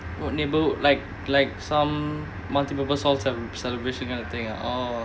what neighbourhood like like some multipurpose hall celeb~ celebration kind of thing ah or